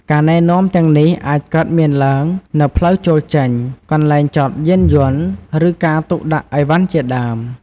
ការណែនាំទាំងនេះអាចកើតមានឡើងនៅផ្លូវចូលចេញ កន្លែងចតយានយន្ត ឬការទុកដាក់ឥវ៉ាន់ជាដើម។